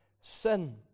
sin